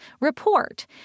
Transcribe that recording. report